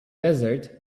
desert